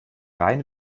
rein